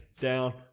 down